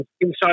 Inside